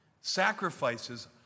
Sacrifices